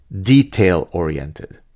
detail-oriented